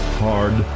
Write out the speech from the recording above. hard